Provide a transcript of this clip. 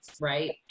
right